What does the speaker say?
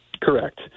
Correct